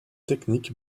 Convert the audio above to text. technique